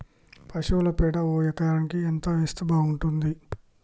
పశువుల పేడ ఒక ఎకరానికి ఎంత వేస్తే బాగుంటది?